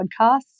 podcasts